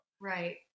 Right